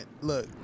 Look